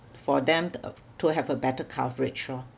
for them to have to have a better coverage lor